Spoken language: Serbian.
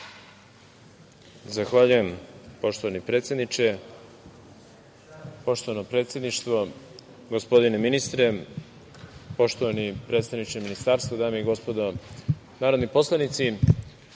Zahvaljujem, poštovani predsedniče. Poštovano predsedništvo, gospodine ministre, poštovani predstavniče ministarstva, dame i gospodo narodni poslanici. Gospodine